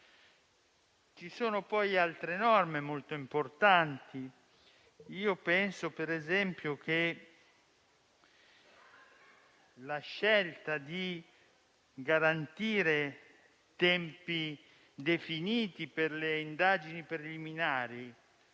contiene poi altre disposizioni molto importanti. Penso, ad esempio, che la scelta di garantire tempi definiti per le indagini preliminari